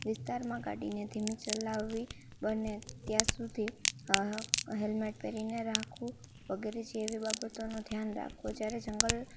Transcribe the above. વિસ્તારમાં ગાડીને ધીમી ચલાવવી બને ત્યાં સુધી હેલ્મેટ પહેરીને રાખવું વગેરે જેવી બાબતોનું ધ્યાન રાખવું જ્યારે જંગલ